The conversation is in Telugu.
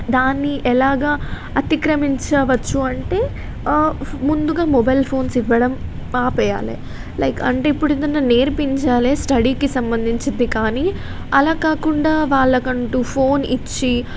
దాన్ని ఎలాగ అతిక్రమించవచ్చు అంటే ముందుగా మొబైల్ ఫోన్స్ ఇవ్వడం ఆపాలి లైక్ అంటే ఇప్పుడు ఏదన్న నేర్పించాలి స్టడీకి సంబంధించింది కానీ అలా కాకుండా వాళ్ళకు అంటు ఫోన్ ఇచ్చి